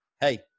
hey